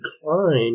decline